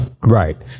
right